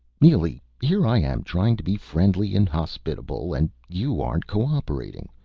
neely here i am, trying to be friendly and hospitable, and you aren't co-operating.